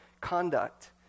conduct